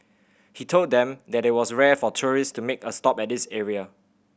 he told them that it was rare for tourist to make a stop at this area